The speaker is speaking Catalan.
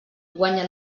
guanya